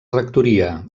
rectoria